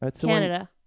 Canada